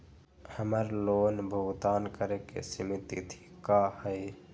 हमर लोन भुगतान करे के सिमित तिथि का हई?